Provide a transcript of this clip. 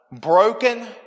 broken